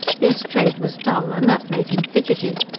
yes, trade was dull, and that made him fidgety.